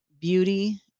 beauty